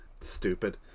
Stupid